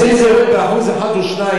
אז אם זה יורד ב-1% או 2%,